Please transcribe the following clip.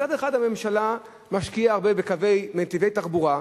מצד אחד, הממשלה משקיעה הרבה בנתיבי תחבורה.